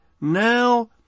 now